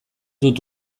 dut